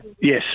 Yes